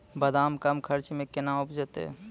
बादाम कम खर्च मे कैना उपजते?